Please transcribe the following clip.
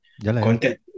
Contact